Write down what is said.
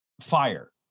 fire